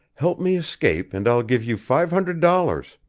help me escape, and i'll give you five hundred dollars.